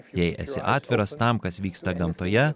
jei esi atviras tam kas vyksta gamtoje